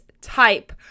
type